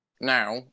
now